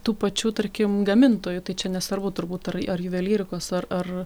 tų pačių tarkim gamintojų tai čia nesvarbu turbūt ar ar juvelyrikos ar ar